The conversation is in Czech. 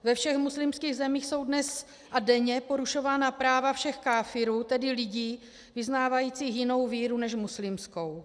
Ve všech muslimských zemích jsou dnes a denně porušována práva všech káfirů, tedy lidí vyznávajících jinou víru než muslimskou.